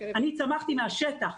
צמחתי מהשטח,